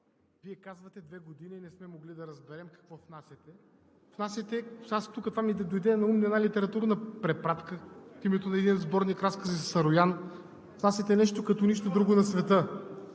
Вие казвате: две години не сме могли да разберем какво внасяте. Сега ми дойде наум една литературна препратка, името на един сборник, разкази на Сароян – внасяте нещо като нищо друго на света.